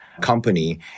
company